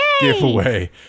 giveaway